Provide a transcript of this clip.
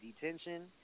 detention